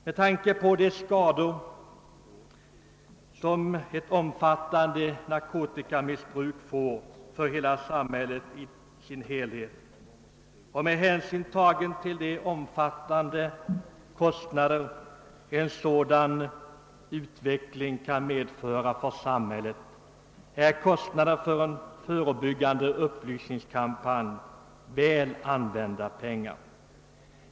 Med tanke på de skador som ett omfattande narkotikamissbruk får för samhället i dess helhet och med hänsyn tagen till de omfattande kostnader en sådan utveckling kan medföra för samhället är kostnaderna för en förebyggande upplysningskampanj väl använda pengar.